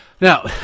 Now